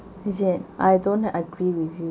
is it I don't agree with you